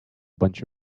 bunch